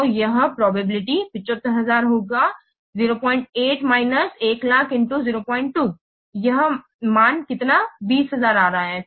तो यह प्राबल्य 75000 होगा 08 माइनस 100000 02 यह मान कितना 20000 आ रहा है